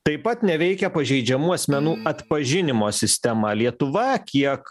taip pat neveikia pažeidžiamų asmenų atpažinimo sistema lietuva kiek